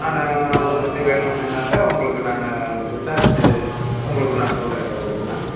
நான் அதை பற்றி வேணும் அப்படின்னாக்கா உங்களுக்கு நான் விசாரிச்சு உங்களுக்கு நான் சொல்கிறேன் சார் வேண்ணா